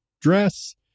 dress